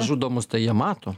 žudomus tai jie mato